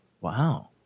Wow